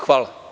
Hvala.